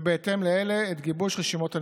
ובהתאם לאלה, את גיבוש רשימות הנאמנים.